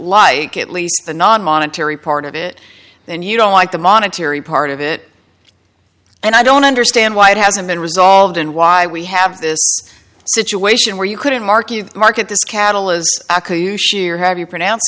like at least the non monetary part of it then you don't like the monetary part of it and i don't understand why it hasn't been resolved and why we have this situation where you couldn't mark you mark at this cattle as you shear have you pronounce